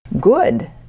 good